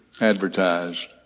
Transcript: advertised